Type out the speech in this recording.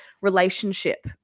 relationship